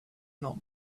not